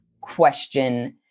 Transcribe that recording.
question